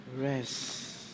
rest